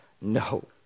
No